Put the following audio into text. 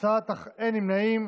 בדומה להצעת החוק הקודמת,